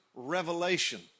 Revelation